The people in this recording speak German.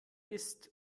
ist